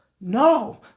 No